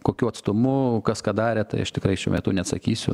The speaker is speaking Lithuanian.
kokiu atstumu kas ką darė tai aš tikrai šiuo metu neatsakysiu